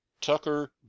Tucker